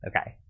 Okay